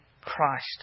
Christ